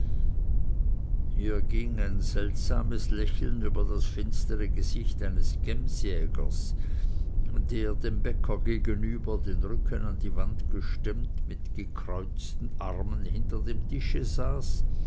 hier ging ein seltsames lächeln über das finstere gesicht eines gemsjägers der dem bäcker gegenüber den rücken an die wand gestemmt mit gekreuzten armen hinter dem tische saß